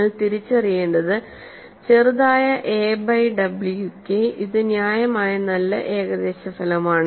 നിങ്ങൾ തിരിച്ചറിയേണ്ടത് ചെറുതായ a ബൈ wക്ക് ഇത് ന്യായമായ നല്ല ഏകദേശ ഫലമാണ്